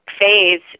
phase